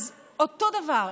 אז אותו דבר,